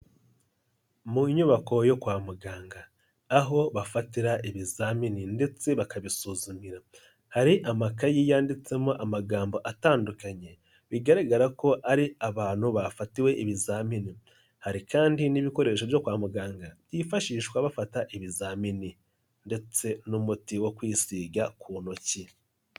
Mu nyubako yo kwa muganga. Aho bafatira ibizamini ndetse bakabisuzumira. Hari amakayi yanditsemo amagambo atandukanye, bigaragara ko ari abantu bafatiwe ibizamini. Hari kandi n'ibikoresho byo kwa muganga, byifashishwa bafata ibizamini ndetse n'umuti wo kwisiga ku ntoki.